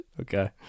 Okay